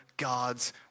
God's